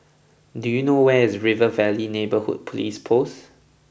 do you know where is River Valley Neighbourhood Police Post